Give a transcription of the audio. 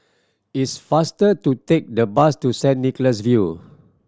it's faster to take the bus to Saint Nicholas View